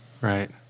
right